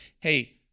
Hey